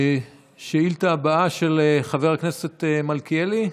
השאילתה הבאה היא של חבר הכנסת מלכיאלי?